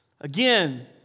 Again